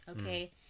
Okay